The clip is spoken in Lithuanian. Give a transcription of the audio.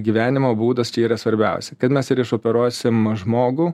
gyvenimo būdas čia yra svarbiausia kad mes ir išoperuosim žmogų